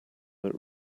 that